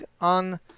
on